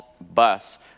bus